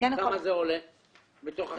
כמה זה עולה בתוך החבילה?